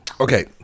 Okay